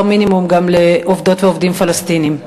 מינימום גם לעובדות ועובדים פלסטינים?